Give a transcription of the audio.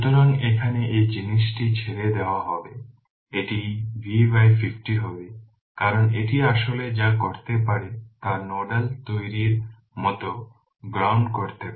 সুতরাং এখানে এই জিনিসটি ছেড়ে দেওয়া হবে এটি V50 হবে কারণ এটি আসলে যা করতে পারে তা নোডাল তৈরির মতো গ্রাউন্ড করতে পারে